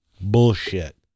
Bullshit